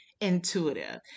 intuitive